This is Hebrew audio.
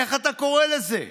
איך אתה קורא לזה,